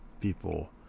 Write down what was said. people